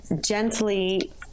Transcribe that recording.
gently